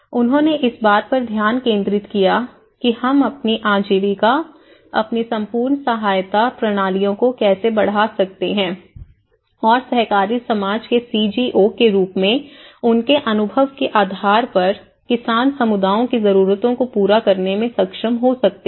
उन्होंने इस बात पर ध्यान केंद्रित किया कि हम अपनी आजीविका अपनी संपूर्ण सहायता प्रणालियों को कैसे बढ़ा सकते हैं और सहकारी समाज के सी जी ओ के रूप में उनके अनुभव के आधार पर किसान समुदायों की जरूरतों को पूरा करने में सक्षम हो सकते हैं